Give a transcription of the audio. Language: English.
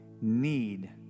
need